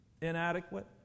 Inadequate